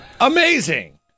Amazing